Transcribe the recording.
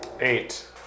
Eight